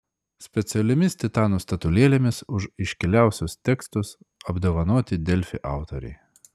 specialiomis titanų statulėlėmis už iškiliausius tekstus apdovanoti delfi autoriai